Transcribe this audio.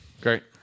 Great